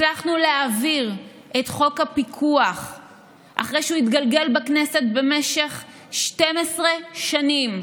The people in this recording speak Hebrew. הצלחנו להעביר את חוק הפיקוח אחרי שהוא התגלגל בכנסת במשך 12 שנים.